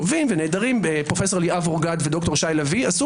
בישראל טובים ונהדרים פרופ' ליאב אורגד וד"ר שי לביא עשו